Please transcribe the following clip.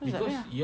asal tak payah